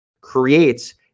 creates